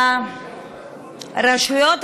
ברשויות,